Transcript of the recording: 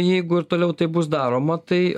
jeigu ir toliau tai bus daroma tai